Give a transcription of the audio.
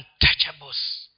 untouchables